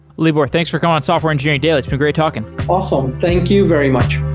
libor, thanks for coming on software engineering daily. it's been great talking. awesome, thank you very much.